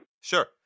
Sure